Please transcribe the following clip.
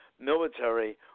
military